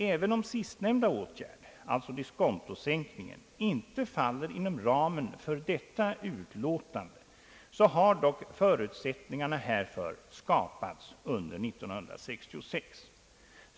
Även om sistnämnda åtgärd, alltså diskontosänkningen, inte faller inom ramen för detta utlåtande, har dock förutsättningarna härför skapats under 1966.